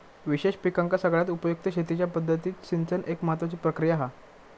विशेष पिकांका सगळ्यात उपयुक्त शेतीच्या पद्धतीत सिंचन एक महत्त्वाची प्रक्रिया हा